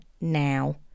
now